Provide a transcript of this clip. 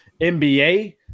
NBA